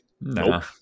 nope